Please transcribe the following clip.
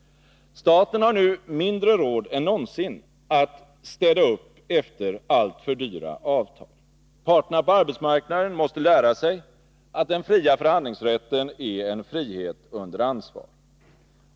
Staten har nu mindre än någonsin råd att städa upp efter alltför dyra avtal. Parterna på arbetsmarknaden måste lära sig att den fria förhandlingsrätten är en frihet under ansvar.